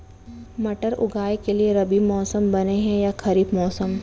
मटर उगाए के लिए रबि मौसम बने हे या खरीफ मौसम?